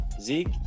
Zeke